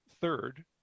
Third